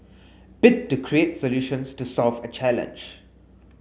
bit to create solutions to solve a challenge